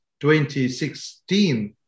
2016